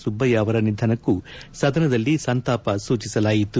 ಸುಬ್ಬಯ್ಯ ಅವರ ನಿಧನಕ್ಕೂ ಸದನದಲ್ಲಿ ಸಂತಾಪ ಸೂಚಿಸಲಾಯಿತು